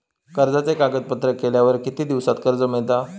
कर्जाचे कागदपत्र केल्यावर किती दिवसात कर्ज मिळता?